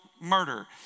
murder